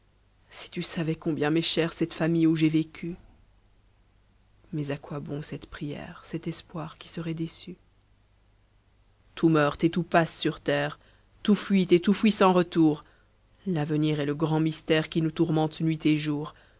si tu savais combien m'est chère cette famille où j'ai vécu mais à quoi bon cette prière cet espoir qui serait déçu tout meurt et tout passe sur terre tout fuit et tout fuit sans retour l'avenir est le grand mystère qui nous tourmente nuit et jour